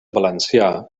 valencià